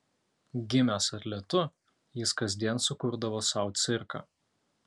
gimęs atletu jis kasdien sukurdavo sau cirką